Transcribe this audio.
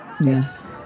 yes